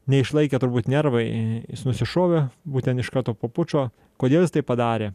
neišlaikė turbūt nervai jis nusišovė būtent iš karto po pučo kodėl jis taip padarė